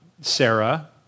Sarah